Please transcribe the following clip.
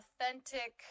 authentic